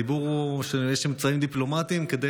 הדיבור הוא שיש אמצעים דיפלומטיים כדי